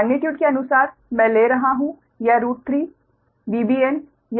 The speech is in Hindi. मेग्नीट्यूड के अनुसार मैं ले रहा हूं या √3VBn या √3VCn